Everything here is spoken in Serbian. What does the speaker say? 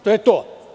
To je to.